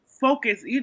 focus